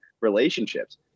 relationships